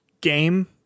game